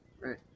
Right